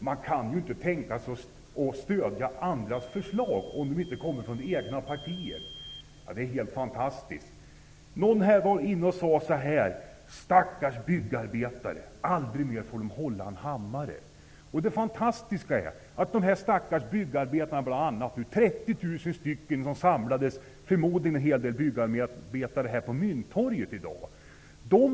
Man kan inte tänka sig att stödja förslag om de inte kommer från det egna partiet. Ja, det är helt fantastiskt. Någon sade: ''Stackars byggarbetare. Aldrig mer får de hålla en hammare.'' 30 000 människor samlades på Mynttorget i dag -- det fanns säkert en del byggarbetare med bland dem.